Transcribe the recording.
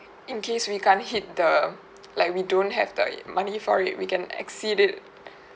in case we can't hit the like we don't have the money for it we can exceed it